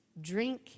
drink